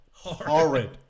Horrid